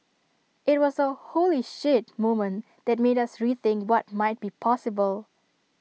IT was A 'holy shit' moment that made us rethink what might be possible